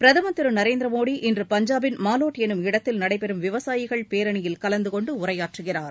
பிரதம் திரு நரேந்திர மோடி இன்று பஞ்சாபின் மாலோட் என்னும் இடத்தில் நடைபெறும் விவசாயிகள் பேரணியில் கலந்துகொண்டு உரையாற்றுகிறார்